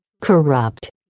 Corrupt